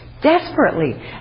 desperately